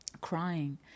crying